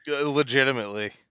Legitimately